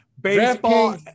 baseball